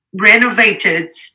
renovated